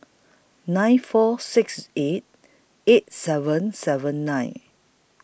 nine four six eight eight seven seven nine